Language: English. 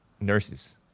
nurses